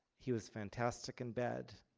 he was fantastic in bed.